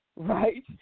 Right